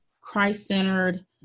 Christ-centered